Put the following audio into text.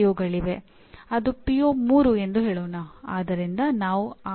ಭಾರತದ 90 ಕ್ಕಿಂತ ಹೆಚ್ಚು ಎಂಜಿನಿಯರಿಂಗ್ ಕಾಲೇಜುಗಳು ಶ್ರೇಣಿ 2 ವರ್ಗಕ್ಕೆ ಸೇರಿವೆ